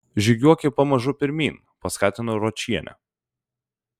žygiuoki pamažu pirmyn paskatinau ročienę